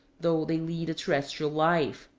though they lead a terrestrial life.